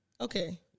Okay